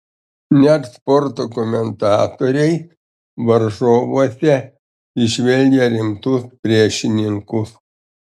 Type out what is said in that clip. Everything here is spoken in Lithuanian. net sporto komentatoriai varžovuose įžvelgia rimtus priešininkus